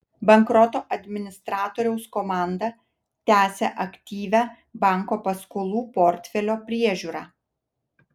bankroto administratoriaus komanda tęsia aktyvią banko paskolų portfelio priežiūrą